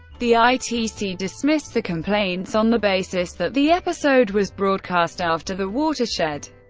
the itc dismissed the complaints on the basis that the episode was broadcast after the watershed.